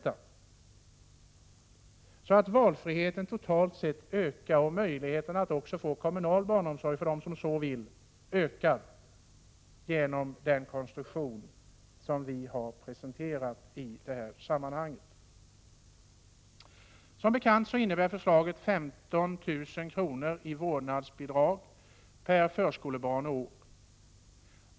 Valfriheten ökar alltså totalt sett. Även möjligheterna att få kommunal barnomsorg för dem som så vill ökar genom den konstruktion som vi har presenterat i detta sammanhang. Som bekant innebär förslaget 15 000 kr. i vårdnadsbidrag per förskolebarn och år.